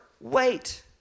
wait